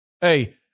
hey